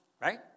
right